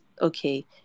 Okay